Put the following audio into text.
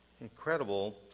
incredible